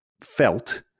felt